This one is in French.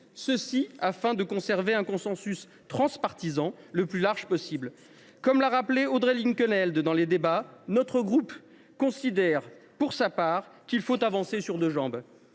afin de conserver un consensus transpartisan le plus large possible. Comme l’a rappelé Audrey Linkenheld, notre groupe considère qu’il faut avancer sur deux jambes.